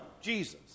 Jesus